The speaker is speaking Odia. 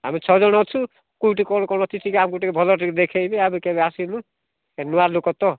ଆମେ ଛଅ ଜଣ ଅଛୁ କେଉଁଠି କ'ଣ କ'ଣ ଅଛି ଟିକେ ଆମକୁ ଟିକେ ଭଲରେ ଟିକେ ଦେଖାଇବେ ଆମେ କେବେ ଆସିନୁ ନୂଆ ଲୋକ ତ